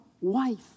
wife